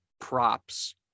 props